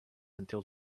until